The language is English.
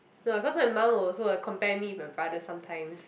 no cause my mum will also compare me with my brother sometimes